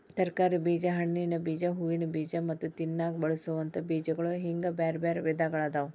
ತರಕಾರಿ ಬೇಜ, ಹಣ್ಣಿನ ಬೇಜ, ಹೂವಿನ ಬೇಜ ಮತ್ತ ತಿನ್ನಾಕ ಬಳಸೋವಂತ ಬೇಜಗಳು ಹಿಂಗ್ ಬ್ಯಾರ್ಬ್ಯಾರೇ ವಿಧಗಳಾದವ